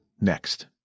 next